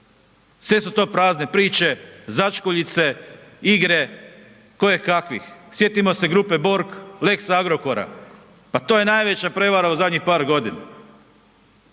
Sve su to prazne priče, začkuljice, igre, koje kakvih. Sjetimo se grupe Borg, lex Agrokora. Pa to je najveća prevara u zadnjih par godina.